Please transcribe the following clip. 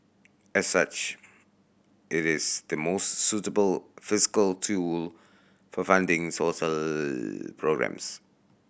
as such it is the most suitable fiscal tool for funding social programmes